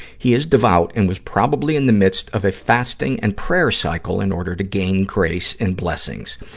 he is devout, and was probably in the midst of a fasting and prayer cycle in order to gain grace and blessings.